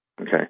Okay